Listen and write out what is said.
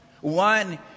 One